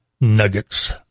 nuggets